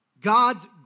God's